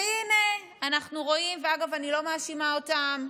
והינה אנחנו רואים, אגב, אני לא מאשימה אותם,